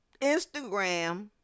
Instagram